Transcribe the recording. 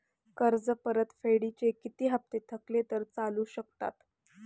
कर्ज परतफेडीचे किती हप्ते थकले तर चालू शकतात?